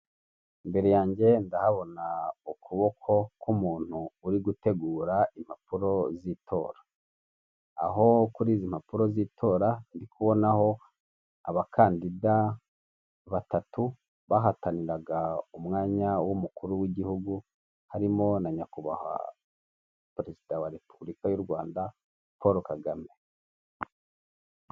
Imbere yanjye ndahabona ukuboko k'umuntu uri gutegura impapuro z'itora, aho kuri izi mpapuro z'itora ndikubonaho abakandida batatu bahataniraga umwanya w'umukuru w'igihugu harimo na nyakubahwa perezida wa repuburika yu Rwanda Paul Kagame.